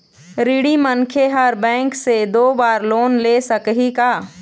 ऋणी मनखे हर बैंक से दो बार लोन ले सकही का?